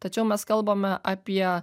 tačiau mes kalbame apie